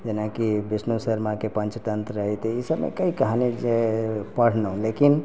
जेनाकि विष्णु शर्मा के पंचतंत्र रहय तऽ ईसब मे कई कहानी जे पढ़लहुॅं लेकिन